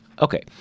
Okay